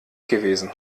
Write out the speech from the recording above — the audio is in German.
gewesen